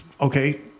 Okay